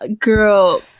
Girl